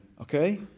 okay